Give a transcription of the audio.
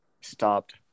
stopped